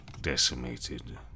decimated